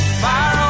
fire